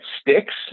sticks